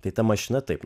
tai ta mašina taip